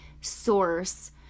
source